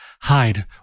hide